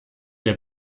der